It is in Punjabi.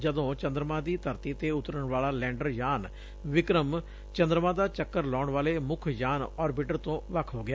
ਜਦੋਂ ਚੰਦਰਮਾ ਦੀ ਧਰਤੀ ਤੇ ਉਤਰਨ ਵਾਲਾ ਲੈਂਡਰ ਯਾਨ ਵਿਕਰਮ ਚੰਦਰਮਾ ਦਾ ਚੱਕਰ ਲਾਉਣ ਵਾਲੇ ਮੁੱਖ ਯਾਨ ਔਰਬਿਟਰ ਤੋਂ ਵੱਖ ਹੋ ਗਿਆ